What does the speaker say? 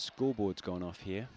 school boards going off here